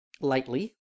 lightly